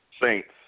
Saints